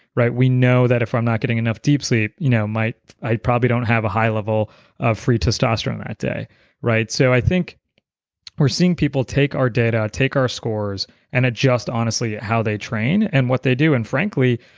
right? we know that if i'm not getting enough deep sleep, you know i probably don't have a high level of free testosterone that day right? so i think we're seeing people take our data, take our scores and adjust honestly how they train and what they do, and frankly,